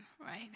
right